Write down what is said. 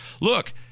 Look